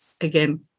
again